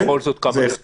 בכל זאת, כמה נוספו?